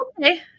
okay